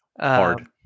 Hard